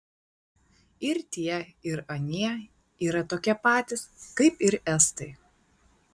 ir tie ir anie yra tokie patys kaip ir estai